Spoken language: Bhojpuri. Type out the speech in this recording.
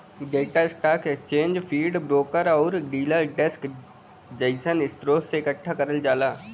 data stock exchange feed, broker आउर डीलर डेस्क जइसन स्रोत से एकठ्ठा करल जाला